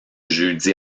jeudi